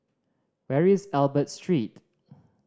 where is Albert Street